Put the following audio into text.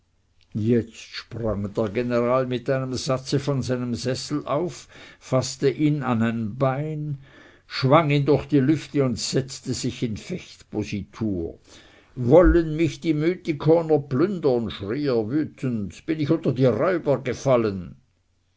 jetzt sprang der general mit einem satze von seinem sessel auf faßte ihn an einem bein schwang ihn durch die lüfte und setzte sich in fechtpositur wollen mich die mythikoner plündern schrie er wütend bin ich unter die räuber gefallen